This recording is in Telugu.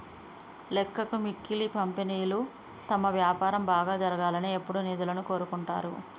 లెక్కకు మిక్కిలి కంపెనీలు తమ వ్యాపారం బాగా జరగాలని ఎప్పుడూ నిధులను కోరుకుంటరు